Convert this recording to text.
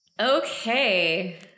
Okay